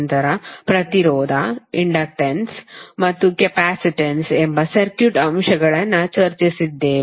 ನಂತರ ಪ್ರತಿರೋಧ ಇಂಡಕ್ಟನ್ಸ್ ಮತ್ತು ಕೆಪಾಸಿಟನ್ಸ್ ಎಂಬ ಸರ್ಕ್ಯೂಟ್ ಅಂಶಗಳನ್ನು ಚರ್ಚಿಸಿದ್ದೇವೆ